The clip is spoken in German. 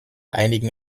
einigen